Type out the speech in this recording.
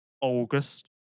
August